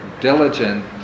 diligent